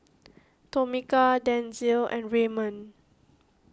Tomika Denzil and Raymond